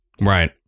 Right